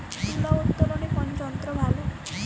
তুলা উত্তোলনে কোন যন্ত্র ভালো?